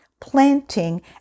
planting